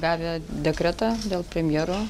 davė dekretą dėl premjero